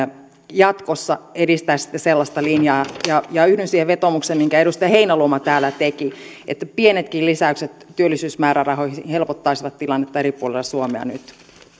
jatkossa edistäisi sellaista linjaa ja ja yhdyn siihen vetoomukseen minkä edustaja heinäluoma täällä teki että pienetkin lisäykset työllisyysmäärärahoihin helpottaisivat tilannetta eri puolilla suomea nyt